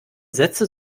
sätze